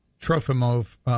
Trofimov